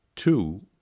Two